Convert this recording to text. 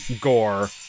gore